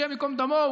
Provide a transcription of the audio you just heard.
השם ייקום דמו,